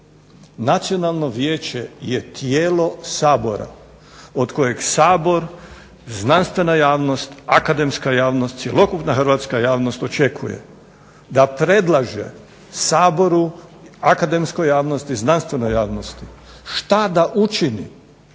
Nacionalno vijeće je tijelo Sabora od kojeg Sabor, znanstvena javnost, akademska javnost, cjelokupna hrvatska javnost očekuje da predlaže Saboru, akademskoj javnosti, znanstvenoj javnosti šta da učini